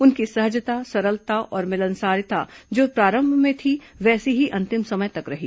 उनकी सहजता सरलता और मिलनसारता जो प्रारंभ में थी वैसी ही अंतिम समय तक रही